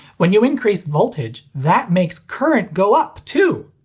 when you increase voltage, that makes current go up, too!